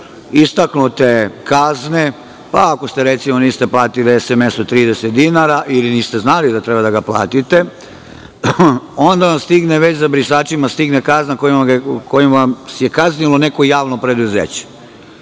istaknute kazne, pa ako niste platili SMS od 30 dinara, ili niste znali da treba da platite, onda vam stigne, već za brisačima, kazna kojom vas je kaznilo neko javno preduzeće.